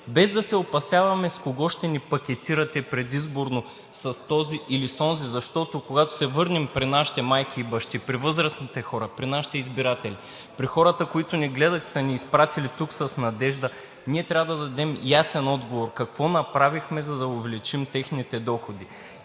без да се опасяваме с кого ще ни пакетирате предизборно – с този или с онзи, защото, когато се върнем при нашите майки и бащи, при възрастните хора, при нашите избиратели, при хората, които ни гледат и са ни изпратили тук с надежда, ние трябва да дадем ясен отговор: какво направихме, за да увеличим техните доходи?